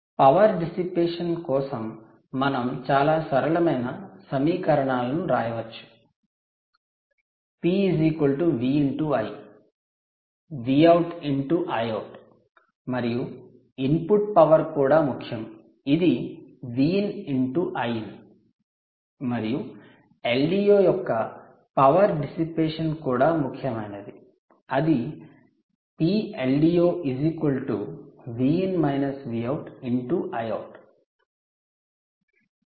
power dissipation కోసం మనం చాలా సరళమైన సమీకరణాలను వ్రాయచ్చు P V × I Vout × Iout మరియు ఇన్పుట్ పవర్ కూడా ముఖ్యం ఇది V in × I in మరియు LDO యొక్క పవర్ డిసిపేషన్ కూడా ముఖ్యమైనది అది PLDO × Iout డ్రైన్ కరెంటు